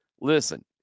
Listen